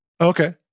Okay